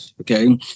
Okay